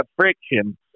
friction